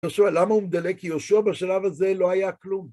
יהושע, למה הוא מדלג? כי יהושע בשלב הזה לא היה כלום.